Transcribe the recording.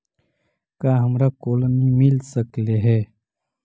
का हमरा कोलनी मिल सकले हे?